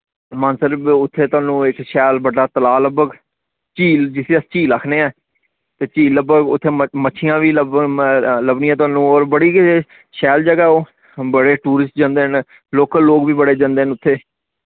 मानसर उत्थे थोआनू इक शैल बड्डा तला लब्बग झील जिसी अस झील आखने ऐं ते झील लब्बग उत्थे म मच्छियां वी लब्ब लबनियां थोआनू और बड़ी गै शैल जगह ओह् बड़े टूरिस्ट जन्दे न लोकल लोक वी बड़े जन्दे न उत्थे